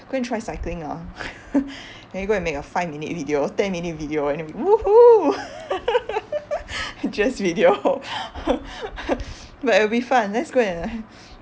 go and try cycling ah then we go and make a five minute video ten minute video and then !woohoo! just video but it will be fun let's go and